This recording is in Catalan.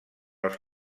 els